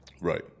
right